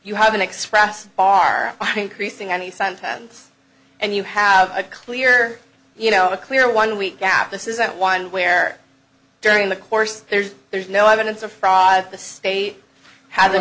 you have an express bar are increasing any sentence and you have a clear you know a clear one week gap this is that wind where during the course there's there's no evidence of fraud the state ha